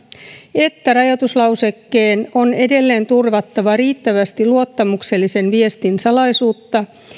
että rajoituslausekkeen on edelleen turvattava riittävästi luottamuksellisen viestin salaisuutta